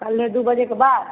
कल्हे दू बजेके बाद